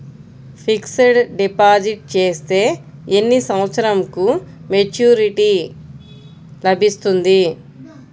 Fixed deposit చేస్తే ఎన్ని సంవత్సరంకు మెచూరిటీ లభిస్తుంది?